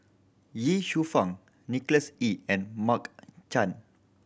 Ye Shufang Nicholas Ee and Mark Chan